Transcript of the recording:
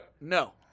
No